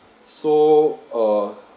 so uh